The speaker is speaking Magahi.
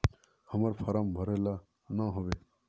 हम्मर फारम भरे ला न आबेहय?